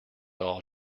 all